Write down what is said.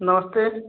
नमस्ते